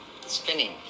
spinning